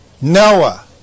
Noah